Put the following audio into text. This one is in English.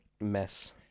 mess